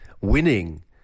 winning